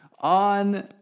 on